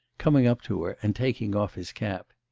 coming up to her and taking off his cap.